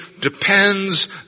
depends